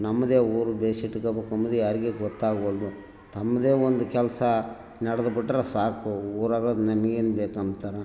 ನಮ್ಮದೇ ಊರು ಭೇಷಿಡ್ಕ ಬೇಕಂಬುದು ಯಾರಿಗು ಗೊತ್ತಾಗ್ವಲ್ದು ತಮ್ಮದೆ ಒಂದು ಕೆಲಸ ನಡ್ದ್ ಬಿಟ್ಟರೆ ಸಾಕು ಊರೋರ್ ನಂಗೇನು ಬೇಕಂತಾರ